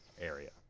area